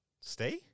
stay